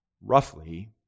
roughly